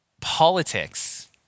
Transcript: politics